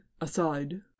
aside